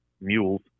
mules